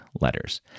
letters